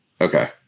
Okay